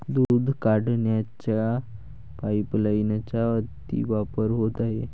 दूध काढण्याच्या पाइपलाइनचा अतिवापर होत आहे